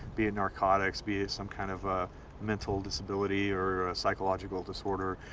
be it narcotics, be it some kind of a mental disability or a psychological disorder,